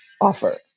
offer